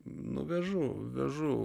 nu vežu vežu